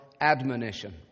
admonition